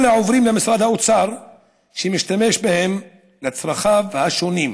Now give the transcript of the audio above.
אלא עוברים למשרד האוצר שמשתמש בהם לצרכיו השונים,